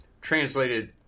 translated